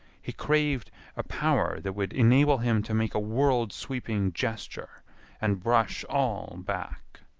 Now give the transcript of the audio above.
he craved a power that would enable him to make a world-sweeping gesture and brush all back.